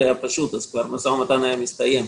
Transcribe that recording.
זה היה פשוט והמשא ומתן כבר היה מסתיים,